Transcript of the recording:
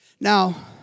Now